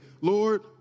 Lord